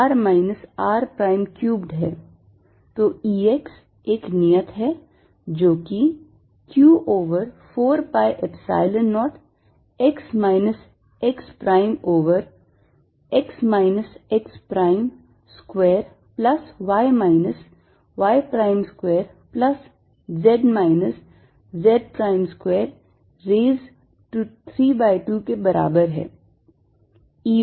तो E x एक नियत है जो कि q over 4 pi epsilon 0 x minus x prime over x minus x prime square plus y minus y prime square plus z minus z prime square raise to 3 by 2 के बराबर है